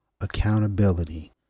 accountability